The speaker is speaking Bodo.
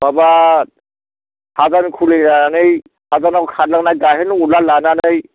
माबा हादान खुलिनानै हादानाव खारलांनाय गाइहेन उवाल लानानै